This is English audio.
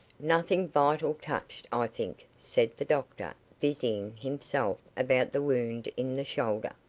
nothing vital touched, i think, said the doctor, busying himself about the wound in the shoulder. ah!